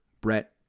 Brett